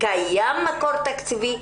קיים מקור תקציבי?